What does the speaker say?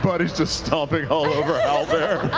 buddy's just stomping all over owlbear.